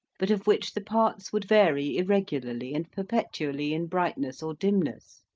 but of which the parts would vary irregularly and perpetually in brightness or dimness.